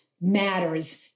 matters